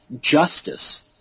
justice